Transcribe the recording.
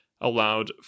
allowed